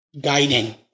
Guiding